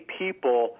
people